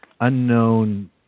unknown